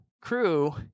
crew